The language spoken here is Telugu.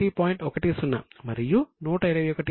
10 మరియు 121